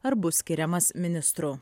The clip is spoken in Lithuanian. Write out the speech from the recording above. ar bus skiriamas ministru